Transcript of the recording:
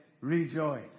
rejoice